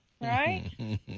right